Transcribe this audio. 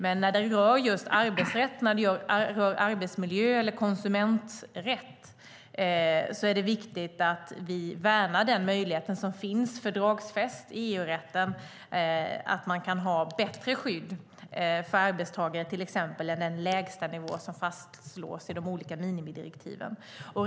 Men när det rör arbetsrätt, arbetsmiljö eller konsumenträtt är det viktigt att vi värnar den möjlighet som finns fördragsfäst i EU-rätten: Man kan ha bättre skydd för arbetstagare, till exempel, än den lägstanivå som fastslås i de olika minimidirektiven.